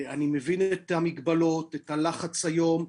אני מבין את המגבלות ואת הלחץ היום.